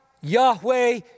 Yahweh